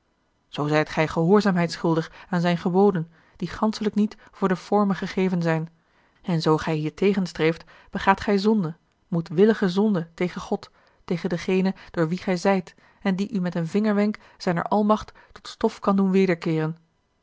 zoo zijt gij gehoorzaamheid schuldig aan zijne geboden die ganselijk niet voor de forme gegeven zijn en zoo gij hiertegen streeft begaat gij zonde tegen god tegen dengene door wien gij zijt en die u met een vingerwenk zijner almacht tot stof kan doen wederkeeren